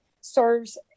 serves